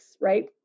right